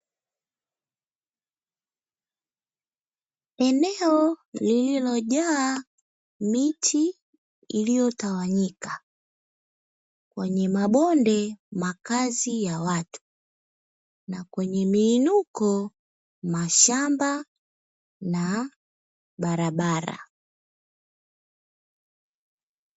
Eneo lililojaa miti, iliyotawanyika kwenye mabonde makazi ya watu na kwenye miinuko mashamba na barabara.